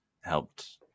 helped